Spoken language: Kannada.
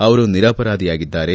ಅವರು ನಿರಪರಾಧಿಯಾಗಿದ್ದಾರೆ